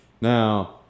Now